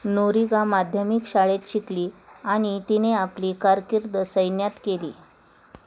Noriega माध्यमिक शाळेत शिकली आणि तिने आपली कारकीर्द सैन्यात केली